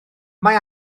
mae